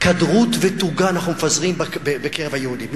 קדרות ותוגה אנחנו מפזרים בקרב היהודים.